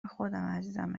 خودمه، عزیزمه